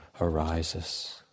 arises